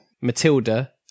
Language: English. Matilda